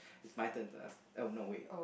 it's my turn first oh no wait